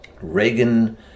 Reagan